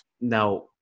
Now